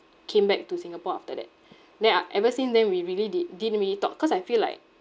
came back to singapore after that then uh ever since then we really din~ didn't really talk cause I feel like